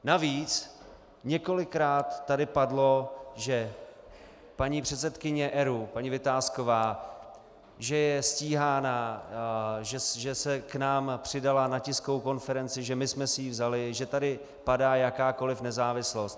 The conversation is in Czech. Navíc několikrát tady padlo, že paní předsedkyně ERÚ, paní Vitásková, je stíhána, že se k nám přidala na tiskovou konferenci, že my jsme si ji vzali, že tady padá jakákoliv nezávislost.